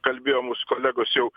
kalbėjo mūsų kolegos jau